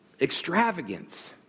Extravagance